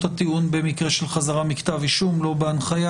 הטיעון במקרה של חזרה מכתב אישום לא בהנחיה,